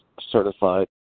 certified